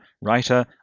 writer